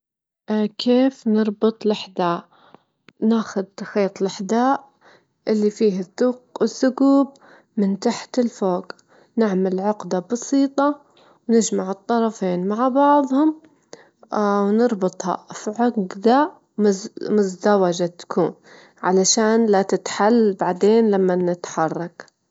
هوايتي المفضلة إهي القراءة، خصوصًا الكتب اللي تتكلم عن التنمية الذاتية والفلسفة، أحب القراءة واستمتع بها، لأنها تعطيك أفكار وفرصة تفكير ونمو شخصي، القراءة توسع مداركك، وتخلي عندك التفكير المنطقي.